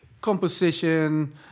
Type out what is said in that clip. Composition